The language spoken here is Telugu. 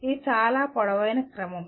ఇది చాలా పొడవైన క్రమం